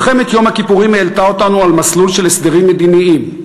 מלחמת יום הכיפורים העלתה אותנו על מסלול של הסדרים מדיניים.